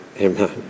Amen